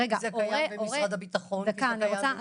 זה קיים במשרד הביטחון וקיים במשרד